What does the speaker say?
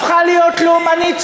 הפכה להיות לאומנית.